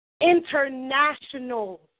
International